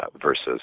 versus